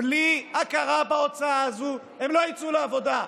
בלי הכרה בהוצאה הזו הם לא יצאו לעבודה.